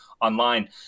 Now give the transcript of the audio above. online